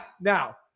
Now